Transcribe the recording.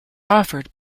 offered